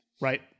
Right